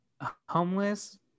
homeless